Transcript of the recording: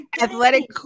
athletic